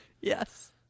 Yes